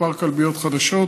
כמה כלביות חדשות,